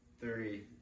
Three